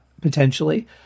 potentially